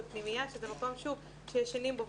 ופנימייה שהיא מקום שישנים בו,